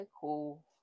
cool